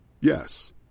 Yes